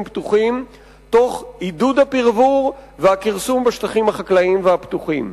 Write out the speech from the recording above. פתוחים תוך עידוד הפִרבוּר והכרסום בשטחים החקלאיים והפתוחים.